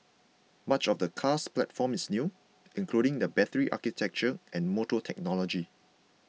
much of the car's platform is new including the battery architecture and motor technology